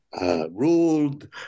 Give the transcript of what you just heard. ruled